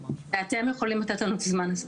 אתם יכולים לתת לנו את הזמן הזה,